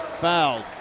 Fouled